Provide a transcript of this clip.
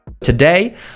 Today